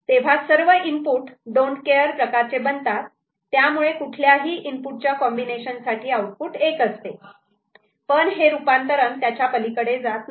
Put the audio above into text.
तेव्हा सर्व input don't care don't care प्रकारचे बनतात त्यामुळे कुठल्याही इनपुट च्या कॉम्बिनेशन साठी आउटपुट एक असते पण हे रुपांतरण त्याच्या पलीकडे जात नाही